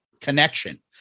connection